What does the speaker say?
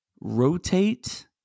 Rotate